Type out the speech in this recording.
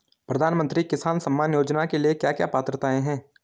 प्रधानमंत्री किसान सम्मान योजना के लिए क्या क्या पात्रताऐं हैं?